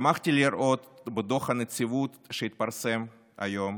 שמחתי לראות בדוח הנציבות שהתפרסם היום